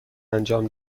انجام